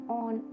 on